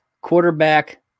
quarterback